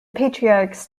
patriarchs